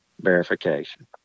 verification